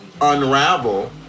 unravel